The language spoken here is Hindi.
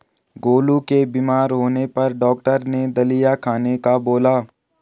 गोलू के बीमार होने पर डॉक्टर ने दलिया खाने का बोला